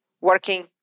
working